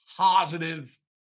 positive